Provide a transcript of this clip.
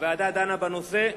הוועדה דנה בנושא,